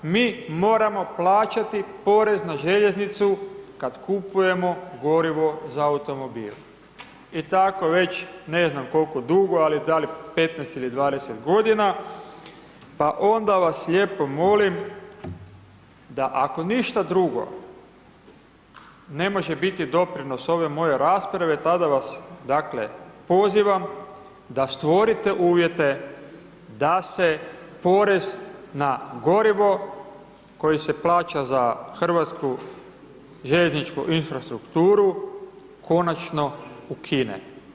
Mi moramo plaćati porez na željeznicu kad kupujemo gorivo za automobil i tako već, ne znam koliko dugo, ali da li 15 ili 20 godina, pa onda vas lijepo molim da, ako ništa drugo, ne može biti doprinos ove moje rasprava, tada vas dakle, pozivam da stvorite uvjete da se porez na gorivo koje se plaća za Hrvatsku željezničku infrastrukturu konačno ukine.